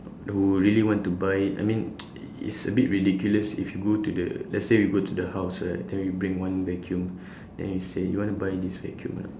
who really want to buy I mean it's a bit ridiculous if you go to the let's say you go to the house right then we bring one vacuum then you say you want to buy this vacuum or not